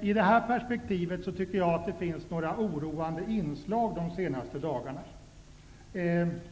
I detta perspektiv tycker jag att det har funnits några oroande inslag de senaste dagarna,